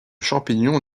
champignon